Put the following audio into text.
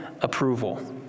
approval